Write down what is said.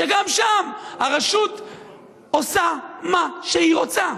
גם שם הרשות עושה מה שהיא רוצה.